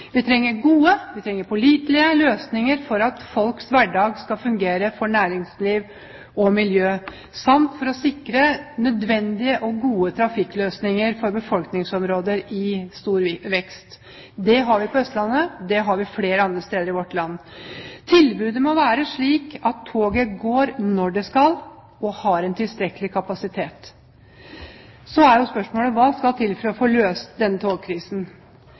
Vi trenger gode, pålitelige løsninger for at folks hverdag skal fungere for næringsliv og miljø samt for å sikre nødvendige og gode trafikkløsninger for befolkningsområder i stor vekst. Det har vi på Østlandet, det har vi flere andre steder i vårt land. Tilbudet må være slik at toget går når det skal og har en tilstrekkelig kapasitet. Så er jo spørsmålet: Hva skal til for å få løst denne togkrisen?